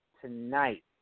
tonight